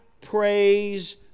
praise